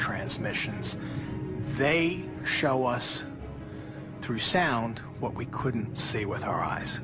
transmissions they show us through sound what we couldn't see with our eyes